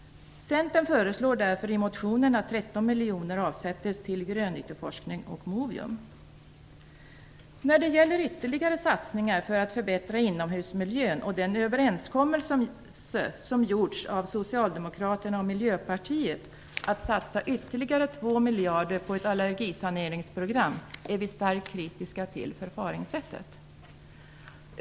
Centern föreslår därför i motionen att 13 miljoner kronor avsättes till grönyteforskning och Movium. När det gäller ytterligare satsningar för att förbättra inomhusmiljön och den överenskommelse som träffats av Socialdemokraterna och Miljöpartiet om att satsa ytterligare 2 miljarder på ett allergisaneringsprogram är vi starkt kritiska till förfaringssättet.